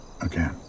again